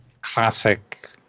classic